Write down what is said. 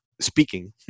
speaking